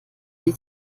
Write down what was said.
die